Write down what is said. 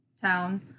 town